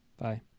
Bye